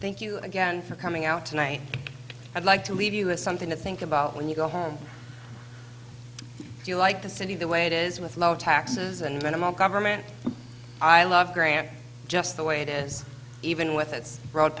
thank you again for coming out tonight i'd like to leave us something to think about when you go home you like the city the way it is with low taxes and minimal government i love grant just the way it is even with its broad